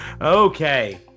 okay